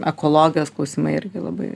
ekologijos klausimai irgi labai